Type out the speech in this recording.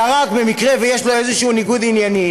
אלא רק במקרה שיש לו איזה שהוא ניגוד עניינים,